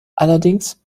allerdings